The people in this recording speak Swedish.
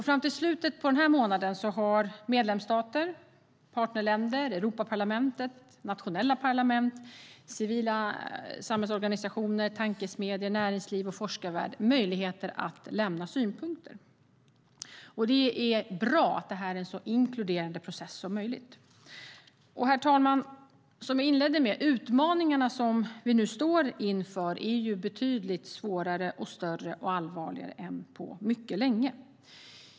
Fram till slutet av den här månaden har medlemsstater, partnerländer, Europaparlamentet, nationella parlament, civila samhällsorganisationer, tankesmedjor, näringslivet och forskarvärlden möjlighet att lämna synpunkter. Det är bra att processen är så inkluderande så möjligt. Herr talman! Som jag inledde med: Utmaningarna vi nu står inför är betydligt svårare, större och allvarligare än på mycket länge.